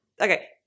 okay